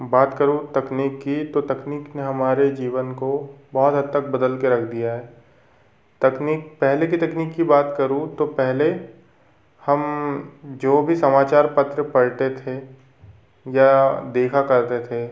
बात करूँ तकनीक की तो तकनीक ने हमारे जीवन को बहुत हद तक बदल के रख दिया है तकनीक पहले की तकनीक की बात करूँ तो पहले हम जो भी समाचार पत्र पढ़ते थे या देखा करते थे